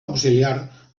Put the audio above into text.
auxiliar